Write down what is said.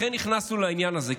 לכן נכנסנו לעניין הזה,